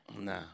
nah